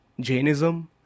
Jainism